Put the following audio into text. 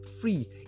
free